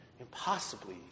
impossibly